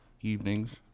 evenings